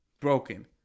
broken